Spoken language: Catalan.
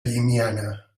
llimiana